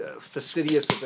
fastidious